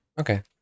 Okay